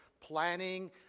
planning